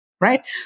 right